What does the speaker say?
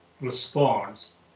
response